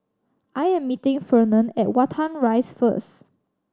I am meeting Fernand at Watten Rise first